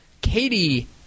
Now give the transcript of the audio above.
Katie